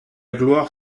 gloire